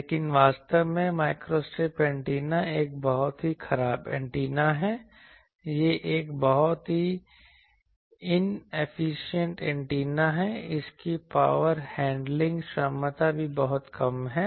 लेकिन वास्तव में माइक्रोस्ट्रिप एंटीना एक बहुत ही खराब एंटीना है यह एक बहुत ही इनएफिशियंट एंटीना है इसकी पावर हैंडलिंग क्षमता भी बहुत कम है